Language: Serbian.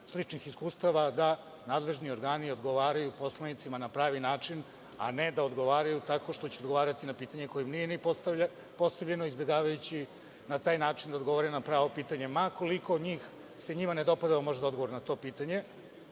sličnih iskustava, da nadležni organi odgovaraju poslanicima na pravi način, a ne da odgovaraju tako što će odgovarati na pitanje koje im nije postavljeno, izbegavajući na taj način da odgovore na pravo pitanje, ma koliko se njima ne dopadalo možda da odgovore na to pitanje. Lično